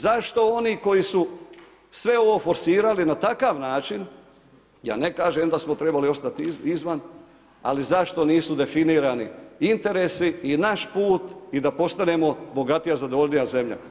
Zašto oni koji su forsirali na takav način, ja ne kažem da smo trebali ostati izvan, ali zašto nisu definirani interes i naš put i da postanemo bogatija, zadovoljnija zemlja?